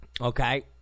Okay